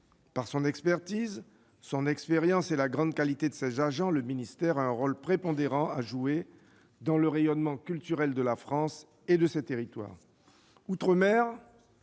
Par son expertise, son expérience et la grande qualité de ses agents, celui-ci a un rôle prépondérant à jouer dans le rayonnement culturel de la France et de ses territoires.